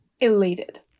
elated